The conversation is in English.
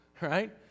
right